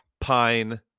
pine